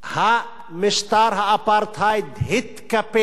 משטר האפרטהייד התקפל.